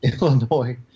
Illinois